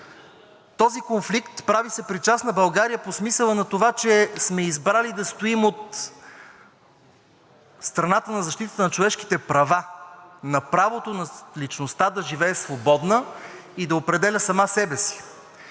Този конфликт прави съпричастна България по смисъла на това, че сме избрали да стоим от страната на защита на човешките права, на правото на личността да живее свободна и да определя сама себе си.